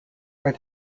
are